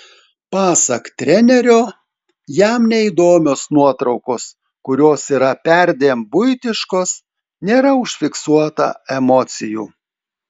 pasak trenerio jam neįdomios nuotraukos kurios yra perdėm buitiškos nėra užfiksuota emocijų